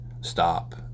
stop